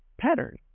pattern